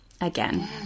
Again